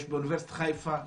יש באוניברסיטת חיפה,